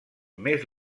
més